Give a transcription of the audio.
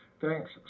Thanks